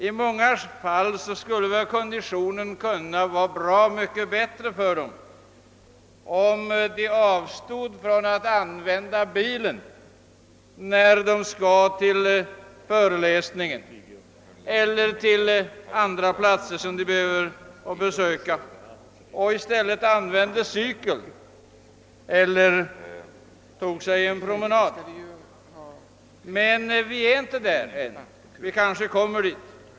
I många fall skulle konditionen vara bra mycket bättre, om de studerande avstode från att använda bilen, när de skall bege sig till en föreläsning eller någon annan plats i lärostaden, och i stället använde cykeln eller toge sig en promenad. Vi har inte kommit därhän ännu men vi kanske gör det.